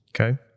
Okay